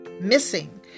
missing